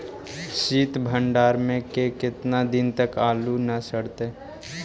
सित भंडार में के केतना दिन तक आलू न सड़तै?